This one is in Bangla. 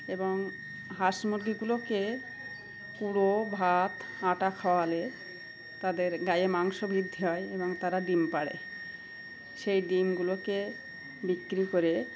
এবং হাঁস মুরগিগুলোকে পুড়ো ভাত আটা খাওয়ালে তাদের গায়ে মাংস বৃদ্ধি হয় এবং তারা ডিম পাড়ে সেই ডিমগুলোকে বিক্রি করে